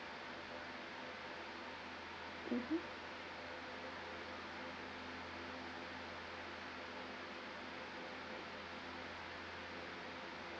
mmhmm